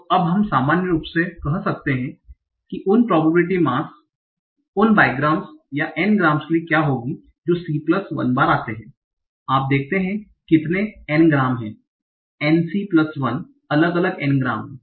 तो अब हम सामान्य रूप से कह सकते हैं कि उन probability mass उन बाइग्राम्स या n ग्राम के लिए क्या होंगी है जो c प्लस 1 बार आते हैं आप देखते हैं कि कितने एन ग्राम हैं N c 1 अलग अलग एन ग्राम हैं